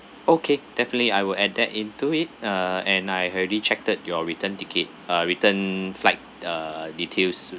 okay definitely I will add that into it uh and I already checked your return ticket uh return flight err details